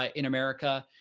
ah in america,